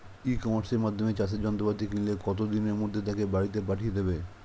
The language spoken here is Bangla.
ই কমার্সের মাধ্যমে চাষের যন্ত্রপাতি কিনলে কত দিনের মধ্যে তাকে বাড়ীতে পাঠিয়ে দেবে?